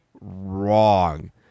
wrong